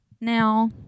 Now